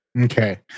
Okay